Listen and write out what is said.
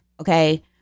Okay